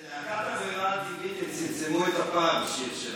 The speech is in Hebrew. אצל להקת הברירה הטבעית הם צמצמו את הפער בשיר שלהם.